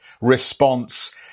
response